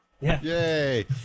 Yay